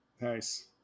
Nice